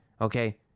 Okay